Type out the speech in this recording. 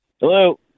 Hello